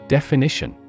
Definition